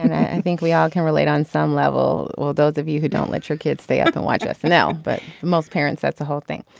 i think we all can relate on some level. well those of you who don't let your kids stay up and watch us now. but most parents that's the whole thing.